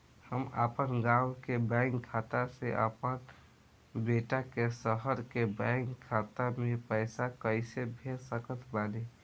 हम अपना गाँव के बैंक खाता से अपना बेटा के शहर के बैंक खाता मे पैसा कैसे भेज सकत बानी?